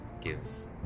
gives